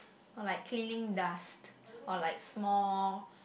or like cleaning dust or like small